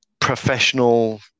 professional